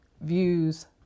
views